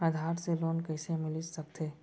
आधार से लोन कइसे मिलिस सकथे?